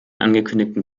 angekündigten